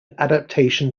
adaptation